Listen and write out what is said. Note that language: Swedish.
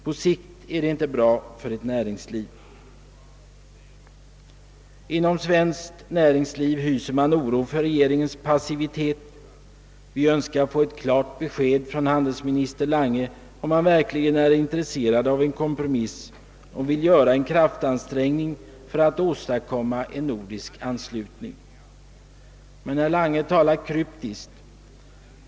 På sikt är detta inte bra för ett näringsliv. Inom svenskt näringsliv hyser man oro för regeringens passivitet. Vi önskar få ett klart besked från handelsminister Lange, om han verkligen är intresserad av en kompromiss och vill göra en kraftansträngning för att åstadkomma en nordisk anslutning. Men herr Lange talar kryptiskt.